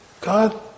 God